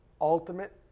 Ultimate